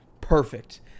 Perfect